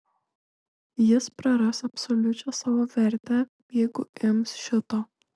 jis praras absoliučią savo vertę jeigu ims šito